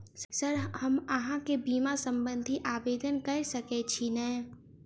Sir हम अहाँ केँ बीमा संबधी आवेदन कैर सकै छी नै?